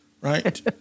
right